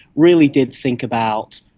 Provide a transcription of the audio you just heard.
really did think about,